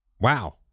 Wow